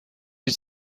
هیچ